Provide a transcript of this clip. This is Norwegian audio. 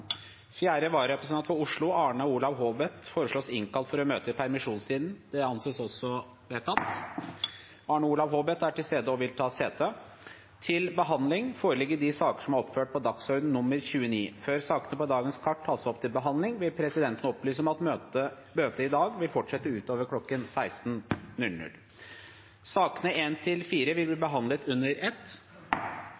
Fjerde vararepresentant for Oslo, Arne Olav Haabeth , innkalles for å møte i permisjonstiden. Arne Olav Haabeth er til stede og vil ta sete. Før sakene på dagens kart tas opp til behandling, vil presidenten opplyse om at møtet i dag fortsetter utover kl. 16. Sakene nr. 1–4 vil bli behandlet under ett. Sakene er andre gangs behandling av lover og gjelder lovvedtakene 7–10. Ingen har bedt om ordet til sakene nr. 1–4. Presidenten vil